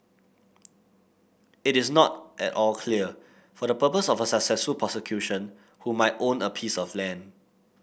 it is not at all clear for the purpose of a successful prosecution who might own a piece of land